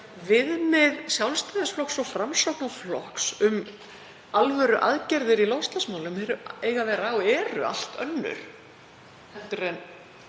Viðmið Sjálfstæðisflokks og Framsóknarflokks um alvöruaðgerðir í loftslagsmálum eiga að vera og eru allt önnur